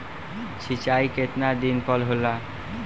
सिंचाई केतना दिन पर होला?